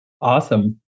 Awesome